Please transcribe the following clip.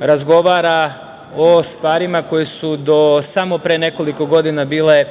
razgovara o stvarima koje su do samo pre nekoliko godina bile